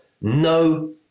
no